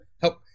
help